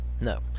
no